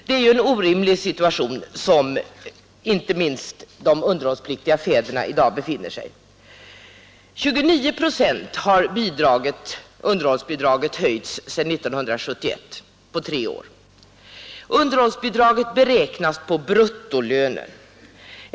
Det är ju en orimlig situation som de underhållspliktiga föräldrarna i dag befinner sig i. Underhållsbidraget har höjts med 29 procent sedan 1971, alltså på tre år. Underhållsbidraget beräknas på bruttolönen.